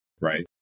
right